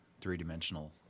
three-dimensional